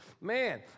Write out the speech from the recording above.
man